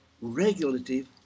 regulative